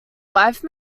wife